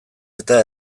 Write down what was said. eta